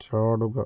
ചാടുക